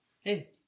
Hey